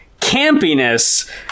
Campiness